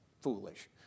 foolish